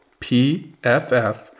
PFF